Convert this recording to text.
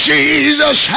Jesus